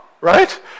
right